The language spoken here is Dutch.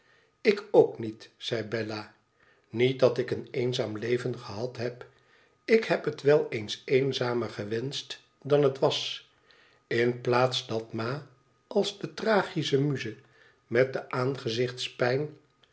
ik ook niet zei bella niet dat ik een eenzaam leven gehad heb ik heb het wel eens eenzamer gewenscht dan het was in plaats dat ma als de tragische muze met